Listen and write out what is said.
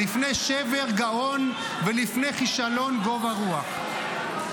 "לפני שבר גאון, ולפני כשלון גבה רוח".